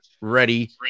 Ready